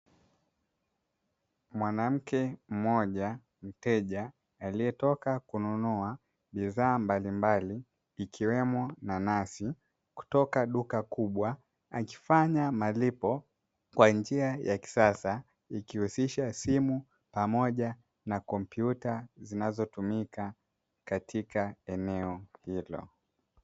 Mwanamke mmoja, mteja aliyetoka kununua bidhaa mbalimbali, ikiwemo nanasi kutoka duka kubwa. Akifanya malipo kwa njia ya kisasa, ikihusisha simu pamoja na kompyuta zinazotumika katika eneo hilo.